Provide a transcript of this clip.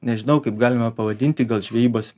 nežinau kaip galima pavadinti gal žvejybos